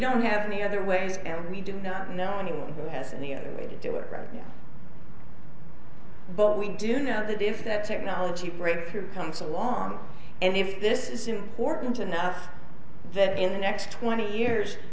don't have any other ways and we do not know anyone who has any other way to do it better but we do know that if that technology breakthrough comes along and if this is important enough that in the next twenty years